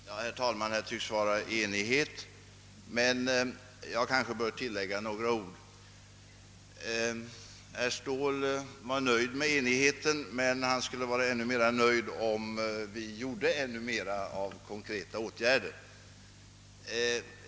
Herr talman! Här tycks råda enighet, men jag kanske ändå bör tillägga några ord. Herr Ståhl var nöjd med enigheten men han skulle vara ännu nöjdare om vi gjorde mer i form av konkreta åtgärder.